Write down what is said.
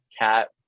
cat